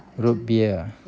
root beer ah